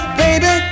baby